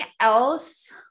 else